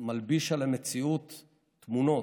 שמלבישים על המציאות תמונות,